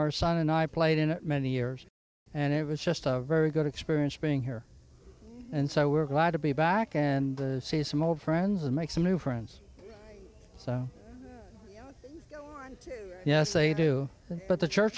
our sun and i played in many years and it was just a very good experience being here and so we're glad to be back and see some old friends and make some new friends so yes a do but the church